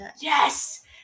Yes